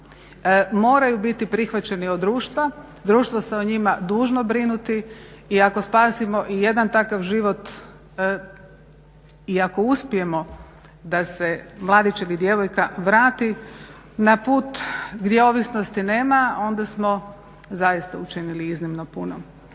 moraju biti prihvaćeni od društva. Društvo se o njima dužno brinuti i ako spasimo i jedan takav život i ako uspijemo da se mladić ili djevojka vrati na put gdje ovisnosti nema onda smo zaista učinili iznimno puno.